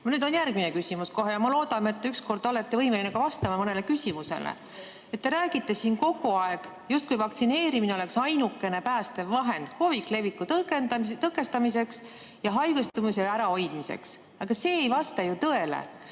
nüüd on kohe järgmine küsimus ja ma loodan, et ükskord te olete võimeline ka mõnele küsimusele vastama. Te räägite siin kogu aeg, justkui vaktsineerimine oleks ainukene päästevahend COVID‑i leviku tõkestamiseks ja haigestumiste ärahoidmiseks. Aga see ei vasta ju tõele.